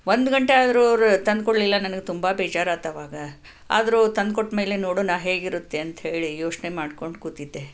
ಒಂದು ಗಂಟೆ ಆದರೂ ಅವರು ತಂದು ಕೊಡಲಿಲ್ಲ ನನಗೆ ತುಂಬ ಬೇಜಾರಾತವಾಗ ಆದರೂ ತಂದ್ಕೊಟ್ಮೇಲೆ ನೋಡೋಣ ಹೇಗಿರುತ್ತೆ ಅಂತ ಹೇಳಿ ಯೋಚನೆ ಮಾಡಿಕೊಂಡು ಕೂತಿದ್ದೆ